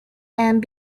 and